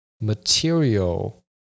material